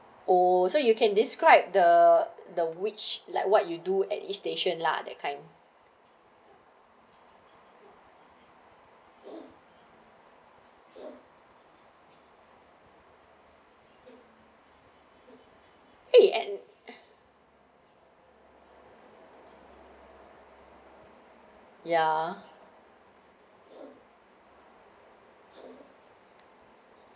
oh so you can describe the the which like what you do at each station lah that time eh and ya